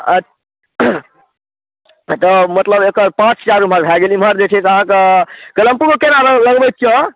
अच्छा मतलब एकर पाँच हजार उमहर भए गेल इमहर जे छै से अहाँकऽ कलेम्पू कऽ केना लऽ लगबैत छियै यौ